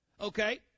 Okay